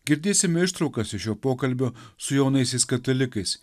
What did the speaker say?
girdėsime ištraukas iš jo pokalbio su jaunaisiais katalikais